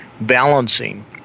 balancing